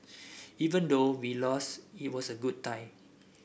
even though we lost it was a good tie